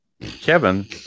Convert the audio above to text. kevin